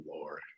lord